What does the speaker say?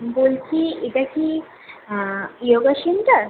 বলছি এটা কি ইয়োগা সেন্টার